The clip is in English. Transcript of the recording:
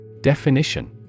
Definition